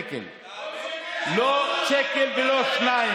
שרת הקליטה הטילה וטו רק בגלל שהצעת החוק הזאת הגיעה מסיעת